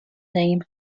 name